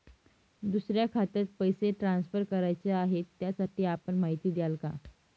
दुसऱ्या खात्यात पैसे ट्रान्सफर करायचे आहेत, त्यासाठी आपण माहिती द्याल का?